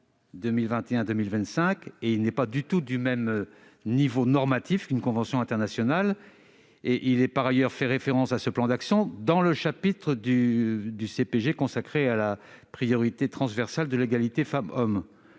2021 à 2025 et n'est pas du même niveau normatif qu'une convention internationale. Il est par ailleurs fait référence à ce plan dans le chapitre du CPG consacré à la priorité transversale de l'égalité entre les femmes